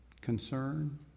concern